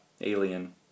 Alien